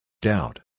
Doubt